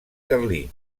carlí